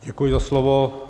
Děkuji za slovo.